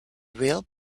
real